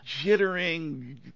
jittering